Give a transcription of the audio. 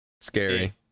Scary